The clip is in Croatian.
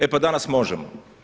E pa danas možemo.